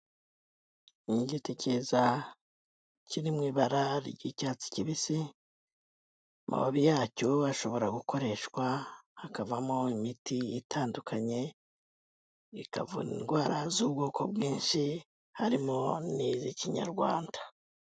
Ni igiti kiza kiri mu ibara ry'icyatsi kibisi, amababi yacyo ashobora gukoreshwa, hakavamo imiti itandukanye, ikavura indwara z'ubwoko bwinshi, harimo n'iz'ikinyarwanda.